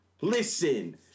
listen